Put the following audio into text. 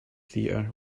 theater